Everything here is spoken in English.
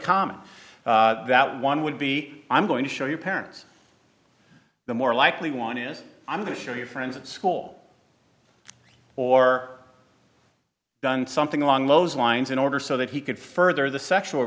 common that one would be i'm going to show you parents the more likely one is i'm sure your friends at school or done something along those lines in order so that he could further the sexual